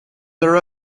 their